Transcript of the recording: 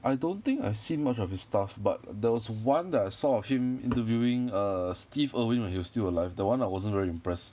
I don't think I've seen much of his stuff but there was one that I saw of him interviewing err steve irwin when he was still alive that one I wasn't very impressed